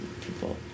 people